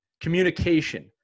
Communication